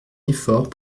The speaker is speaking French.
effort